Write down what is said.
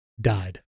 died